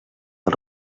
els